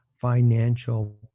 financial